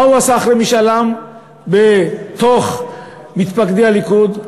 מה הוא עשה אחרי משאל העם בתוך מתפקדי הליכוד?